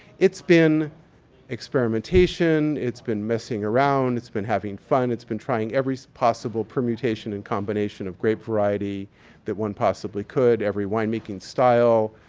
it's been experimentation. it's been messing around. it's been having fun. it's been trying every possible permutation and combination of grape variety that one possibly could. every winemaking style.